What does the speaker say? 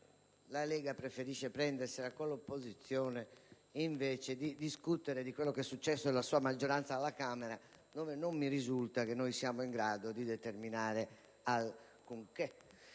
la Lega preferisce prendersela con l'opposizione invece di discutere di quello che è successo nella sua maggioranza alla Camera, dove non mi risulta che noi siamo in grado di determinare alcunché.